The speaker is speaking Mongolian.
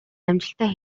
амжилттай